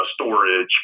storage